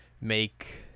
make